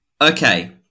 Okay